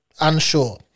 unsure